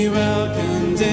welcome